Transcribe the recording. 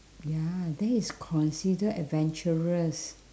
ya that is considered adventurous